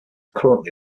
currently